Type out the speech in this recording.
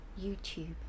YouTube